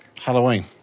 Halloween